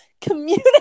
community